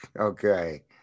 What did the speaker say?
Okay